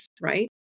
Right